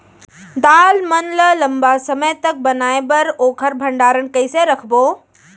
दाल मन ल लम्बा समय तक बनाये बर ओखर भण्डारण कइसे रखबो?